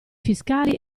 fiscali